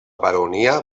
baronia